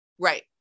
Right